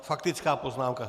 Faktická poznámka.